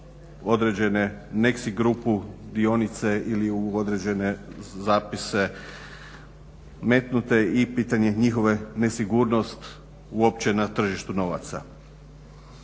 određene Nexi grupu dionice ili u određene zapise metnute i pitanje je njihove nesigurnost uopće na tržištu novaca.